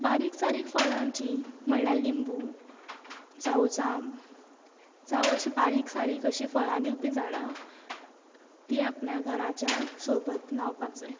बारीक सारीक फळांची म्हणल्यार लिंबू जावं जाम जावं अशी बारीक सारीक अशी फळां दिवपी झाडां ती आपल्या घराच्या सोबत लावपाक जाय